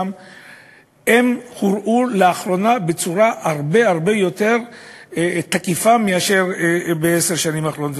לאחרונה הורעו משמעותית הרבה הרבה יותר מאשר בעשר השנים האחרונות.